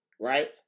right